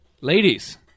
Ladies